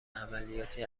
عملیاتی